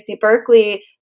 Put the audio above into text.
Berkeley